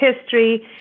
history